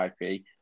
IP